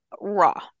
Raw